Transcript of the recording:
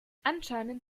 anscheinend